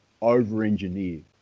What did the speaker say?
over-engineered